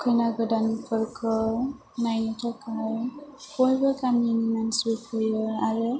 खैना गोदानफोरखौ नायनो थाखाय बयबो गामिनि मानसि फैयो आरो